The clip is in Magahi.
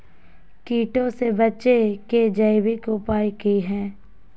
कीटों से बचे के जैविक उपाय की हैय?